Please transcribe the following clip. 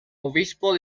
obispo